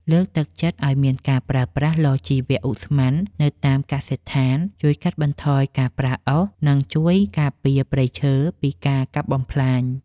លើកទឹកចិត្តឱ្យមានការប្រើប្រាស់ឡជីវឧស្ម័ននៅតាមកសិដ្ឋានជួយកាត់បន្ថយការប្រើអុស និង ជួយការពារព្រៃឈើពីការកាប់បំផ្លាញ។